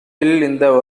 இந்த